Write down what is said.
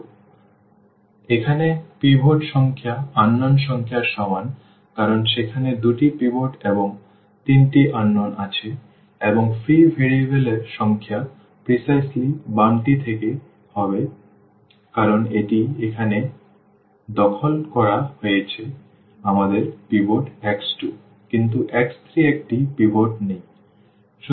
সুতরাং এখানে পিভট সংখ্যা অজানা সংখ্যার সমান কারণ সেখানে দুটি পিভট এবং তিনটি অজানা আছে এবং ফ্রি ভেরিয়েবল এর সংখ্যা অবিকল বাম টি হবে কারণ এটি এখানে দখল করা হয়েছে আমাদের পিভট x2 কিন্তু x3 একটি পিভট নেই